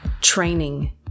training